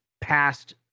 past